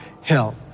help